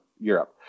Europe